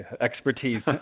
expertise